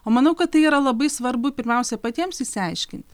o manau kad tai yra labai svarbu pirmiausia patiems išsiaiškinti